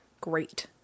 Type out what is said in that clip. great